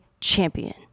champion